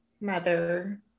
mother